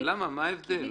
מה ההבדל?